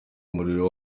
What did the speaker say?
umuriro